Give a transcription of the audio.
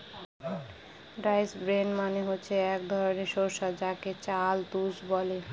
rice bran মানে হচ্ছে এক ধরনের শস্য যাকে চাল তুষ বলে